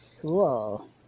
Cool